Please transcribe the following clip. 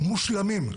מושלמים.